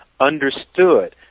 understood